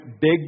big